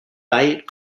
diet